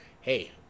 hey